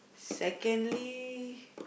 secondly